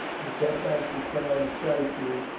and kept back the crowd of sightseers,